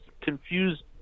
confused